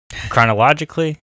chronologically